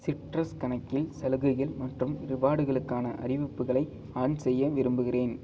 citrus கணக்கில் சலுகைகள் மற்றும் ரிவார்டுகளுக்கான அறிவிப்புகளை ஆன் செய்ய விரும்புகிறேன்